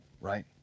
right